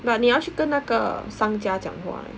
but 你要去跟那个商家讲话 leh